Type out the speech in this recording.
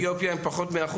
עולי אתיופיה הם פחות מ-1%.